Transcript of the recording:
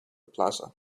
plaza